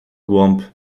głąb